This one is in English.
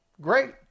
great